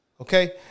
Okay